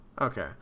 Okay